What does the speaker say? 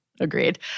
Agreed